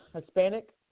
Hispanic